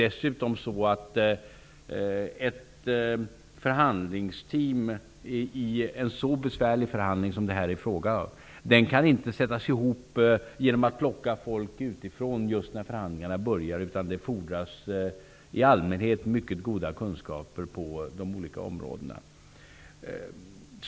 Dessutom kan inte ett förhandlingsteam i en så besvärlig förhandling som det här är fråga om sättas ihop genom att folk plockas utifrån just när förhandlingarna börjar, utan det fordras i allmänhet mycket goda kunskaper på de olika områdena.